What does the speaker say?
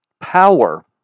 power